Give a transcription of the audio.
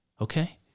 okay